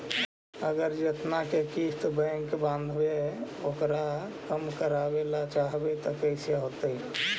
अगर जेतना के किस्त बैक बाँधबे ओकर कम करावे ल चाहबै तब कैसे होतै?